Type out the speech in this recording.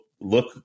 look